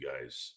guys